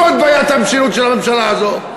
זאת בעיית המשילות של הממשלה הזאת.